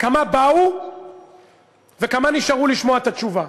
כמה באו וכמה נשארו לשמוע את התשובה?